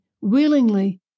willingly